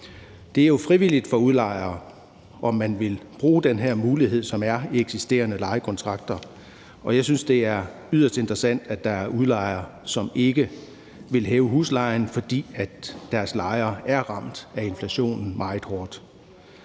Det er jo frivilligt for udlejere, om man vil bruge den her mulighed, som er i eksisterende lejekontrakter, og jeg synes, det er yderst interessant, at der er udlejere, som ikke vil hæve huslejen, fordi deres lejere er ramt af inflationen meget hårdt.